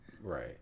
Right